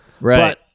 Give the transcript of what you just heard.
Right